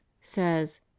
says